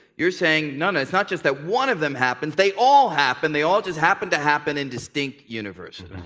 you're saying, no no, it's not just that one of them happens, they all happen. they all just happen to happen in distinct universes.